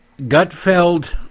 Gutfeld